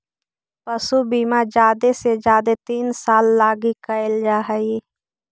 पशु बीमा जादे से जादे तीन साल लागी कयल जा हई